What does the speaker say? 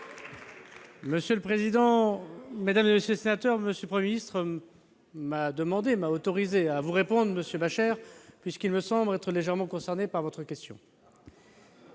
Monsieur le président, mesdames, messieurs les sénateurs, M. le Premier ministre m'a autorisé à vous répondre, monsieur Bascher, puisque je pense être légèrement concerné par votre question.